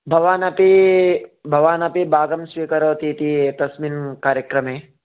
भवानपि भवानपि भागं स्वीकरोति इति एतस्मिन् कार्यक्रमे